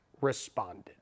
responded